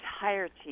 entirety